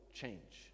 change